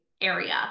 area